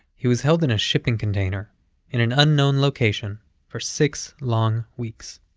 he was held in a shipping container in an unknown location for six long weeks.